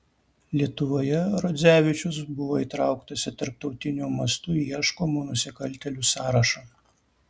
lietuvoje rodzevičius buvo įtrauktas į tarptautiniu mastu ieškomų nusikaltėlių sąrašą